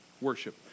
worship